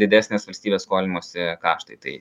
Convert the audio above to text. didesnės valstybės skolinimosi kaštai tai